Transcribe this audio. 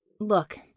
Look